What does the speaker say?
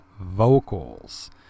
vocals